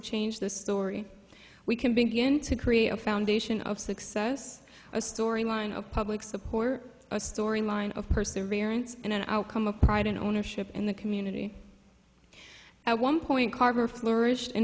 change the story we can begin to create a foundation of success a story line of public support a storyline of perseverance and an outcome of pride and ownership in the community at one point carver flourish